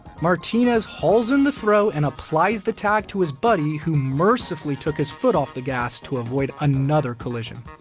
martinez hauls in the throw and applies the tag to his buddy, who mercifully took his foot off the gas to avoid another collision.